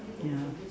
ya